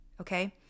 okay